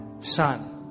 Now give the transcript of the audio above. Son